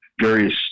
various